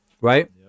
right